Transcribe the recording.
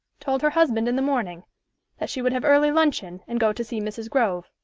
told her husband in the morning that she would have early luncheon and go to see mrs. grove.